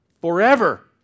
Forever